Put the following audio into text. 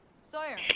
Sawyer